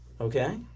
Okay